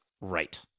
Right